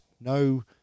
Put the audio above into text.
no